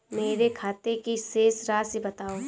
मेरे खाते की शेष राशि बताओ?